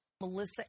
Melissa